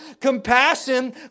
Compassion